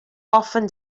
often